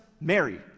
Mary